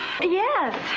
Yes